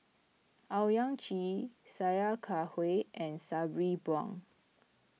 Owyang Chi Sia Kah Hui and Sabri Buang